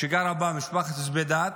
וגרה בה משפחת זובידאת.